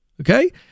Okay